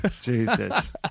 Jesus